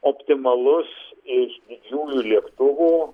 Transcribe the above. optimalus iš didžiųjų lėktuvų